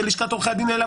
שלשכת עורכי הדין העלו,